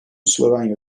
slovenya